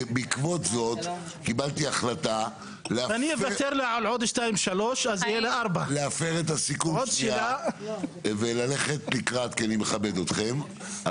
בעקבות זאת קיבלתי החלטה להפר את הסיכום וללכת לקראת כי אני מכבד אתכם,